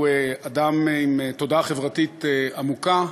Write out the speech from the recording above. הוא אדם עם תודעה חברתית עמוקה,